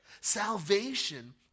salvation